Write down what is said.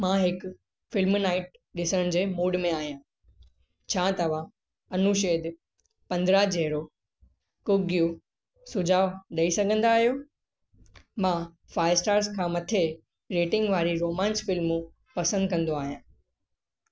मां हिकु film night ॾिसण जे मूड में आहियां छा तव्हां अनुच्छेद पंद्राहं जहिड़ो कुझु सुझाउ ॾई सघंदा आहियो मां फाए स्टार्स खां मथे रेटींग वारी रोमांस फ़िल्मूं पसंदि कंदो आहियां